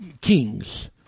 kings